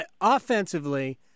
offensively